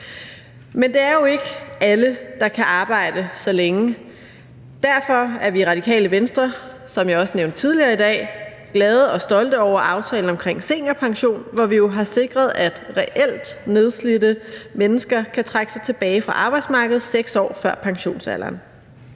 Men det er jo ikke alle, der kan arbejde så længe. Derfor er vi i Radikale Venstre, som jeg også nævnte tidligere i dag, glade og stolte over »Aftale om ret til seniorpension for nedslidte«, hvor vi jo har sikret, at reelt nedslidte mennesker kan trække sig tilbage fra arbejdsmarkedet 6 år før pensionsalderen.